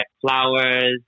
flowers